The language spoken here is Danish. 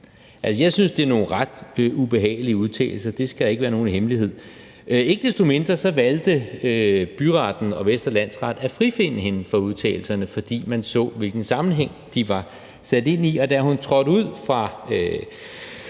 jeg synes, det er nogle ret ubehagelige udtalelser – det skal ikke være nogen hemmelighed. Ikke desto mindre valgte byretten og Vestre Landsret at frifinde hende for udtalelserne, fordi man så, hvilken sammenhæng de var sat ind i. Og da hun trådte ud fra